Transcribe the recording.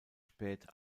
spät